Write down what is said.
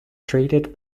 treated